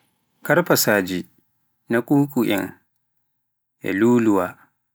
karfasaji, na kukuen, luluwa.